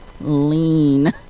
lean